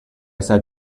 said